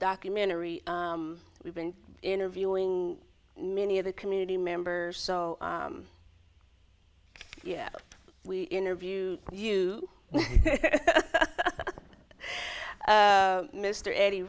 documentary we've been interviewing many of the community members so yeah we interview you mr eddie